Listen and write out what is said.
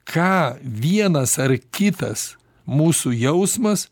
ką vienas ar kitas mūsų jausmas